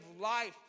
life